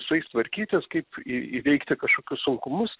su jais tvarkytis kaip į įveikti kažkokius sunkumus